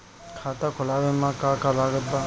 खाता खुलावे मे का का लागत बा?